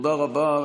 תודה רבה.